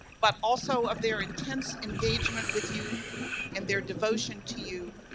but also of their intense engagement with you and their devotion to you.